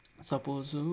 Suppose